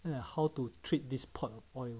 then like how to treat this pot of oil